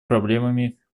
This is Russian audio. проблемами